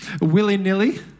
willy-nilly